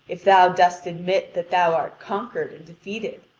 if thou dost admit that thou art conquered and defeated.